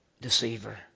Deceiver